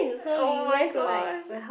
oh-my-gosh